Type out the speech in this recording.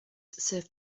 serve